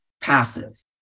passive